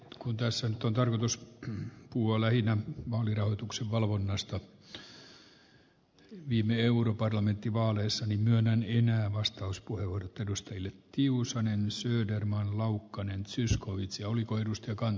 kun tässä nyt on tarkoitus puolueiden porvarityönantaja antaa jollekin porvariehdokkaalle vai eikö saa sitä lisäarvoa jonka minä niillä omilla käsilläni tein